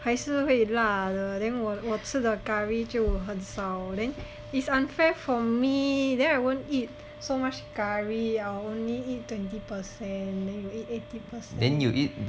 还是会辣的 then 我我吃的 curry 就很少 then it's unfair for me then I won't eat so much curry I will only eat twenty percent and then you eat eighty percent